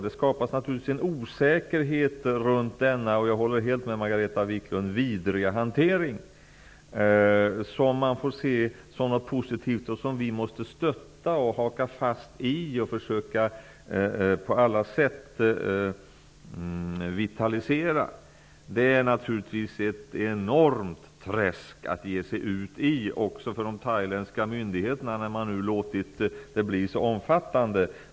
Det skapas en osäkerhet runt denna vidriga hantering -- jag håller helt med Margareta Viklund om att den är vidrig -- som man får se som något positivt. Vi måste stötta och haka fast vid detta och på alla sätt försöka vitalisera arbetet. Det är naturligtvis ett enormt träsk att ge sig ut i också för de thailändska myndigheterna, när man nu låtit det bli så omfattande.